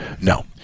No